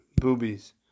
boobies